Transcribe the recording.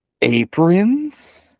aprons